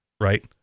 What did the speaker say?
right